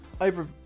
overview